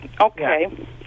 Okay